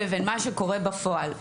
לבין מה שקורה בפועל,